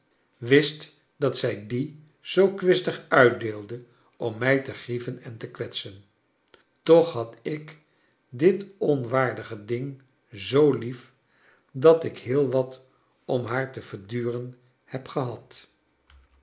wist dat zij die zoo kwistig uitdeelde om mij te grieven en te kwetsen toch had ik dit onwaardige ding zoo lief dat ik heel wat om haar te verduren heb gehad